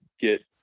get